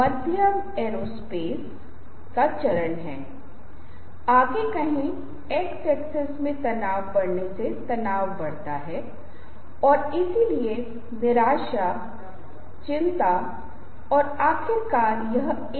यदि आप दूसरे व्यक्ति को देख रहे हैं तो दूसरा व्यक्ति वह आगे की ओर झुक रहा है वह संवाद करने के लिए अपने पेट पर हाथ रख रहा है कि उसके पेट में हंसी आ रही है